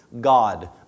God